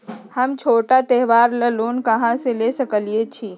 हम छोटा त्योहार ला लोन कहां से ले सकई छी?